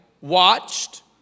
watched